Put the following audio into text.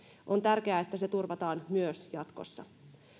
on tärkeää että se turvataan myös jatkossa